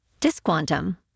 Disquantum